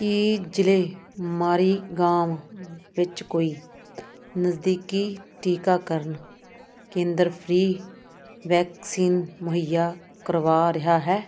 ਕੀ ਜ਼ਿਲ੍ਹੇ ਮਾਰੀਗਾਂਵ ਵਿੱਚ ਕੋਈ ਨਜ਼ਦੀਕੀ ਟੀਕਾਕਰਨ ਕੇਂਦਰ ਫ੍ਰੀ ਵੈਕਸੀਨ ਮੁਹੱਈਆ ਕਰਵਾ ਰਿਹਾ ਹੈ